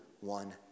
one